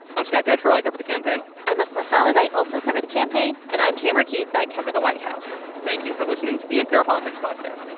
i'm scott detrow. i cover the campaign i'm asma khalid. i also cover the campaign and i'm tamara keith. i cover the white house thank you for listening to the npr politics podcast